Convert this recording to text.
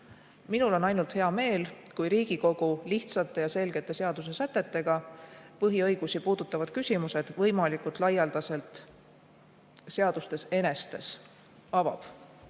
Mul on hea meel, kui Riigikogu lihtsate ja selgete seadusesätetega põhiõigusi puudutavad küsimused võimalikult laialdaselt seadustes enestes avab.